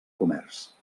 comerç